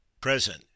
Present